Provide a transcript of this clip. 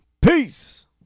Peace